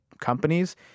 companies